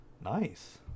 Nice